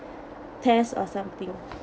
test or something